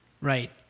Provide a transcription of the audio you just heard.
Right